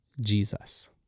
Jesus